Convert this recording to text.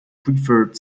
preferred